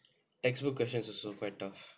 textbook questions is also quite tough